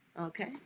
okay